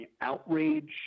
outrage